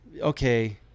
okay